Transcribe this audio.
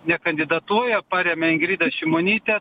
nekandidatuoja paremia ingridą šimonytę